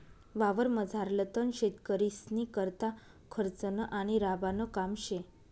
वावरमझारलं तण शेतकरीस्नीकरता खर्चनं आणि राबानं काम शे